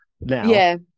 now